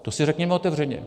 To si řekněme otevřeně.